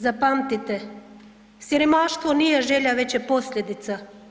Zapamtite, siromaštvo nije želja već je posljedica.